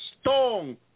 stone